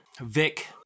Vic